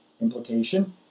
implication